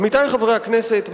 עמיתי חברי הכנסת,